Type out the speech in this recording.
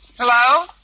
Hello